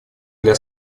для